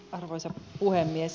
arvoisa puhemies